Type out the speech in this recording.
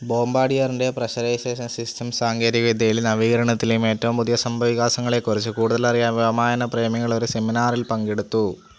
ബോംബാർഡിയാറിൻ്റെ pressurisation systems സാങ്കേതിക വിദ്യയിലും നവീകരണത്തി ലേയും ഏറ്റവും പുതിയ സംഭവ വികാസങ്ങളെക്കുറിച്ചു കൂടുതൽ അറിയാൻ വ്യോമായന പ്രേമികൾ ഒരു സെമിനാറിൽ പങ്കെടുത്തു